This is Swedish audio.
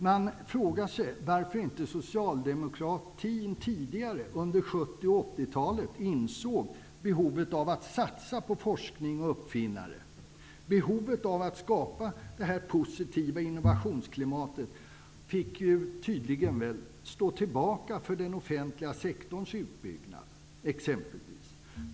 Man frågar sig varför Socialdemokraterna inte redan under 70 och 80-talen insåg behovet av satsningar på forskning och uppfinnare. Behovet av att skapa ett positivt innovationsklimat fick tydligen stå tillbaka exempelvis för den offentliga sektorns utbyggnad.